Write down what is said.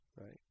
right